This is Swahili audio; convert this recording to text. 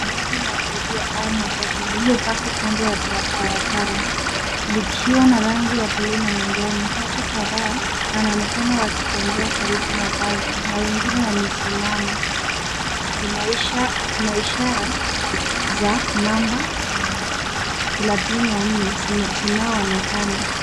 Basi la abiria au matatu iliyopaki kando ya barabara likiwa na rangi ya bluu na manjano. Watu kadhaa wanaonekana wakitembea karibu na basi na wengine wamesimama . Kuna ishara za namba 34 zinazoonekana.